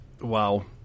Wow